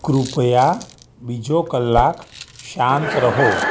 કૃપયા બીજો કલાક શાંત રહો